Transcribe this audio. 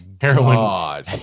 heroin